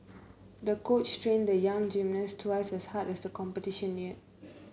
the coach trained the young gymnast twice as hard as the competition neared